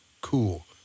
cool